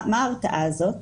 מה ההרתעה הזאת?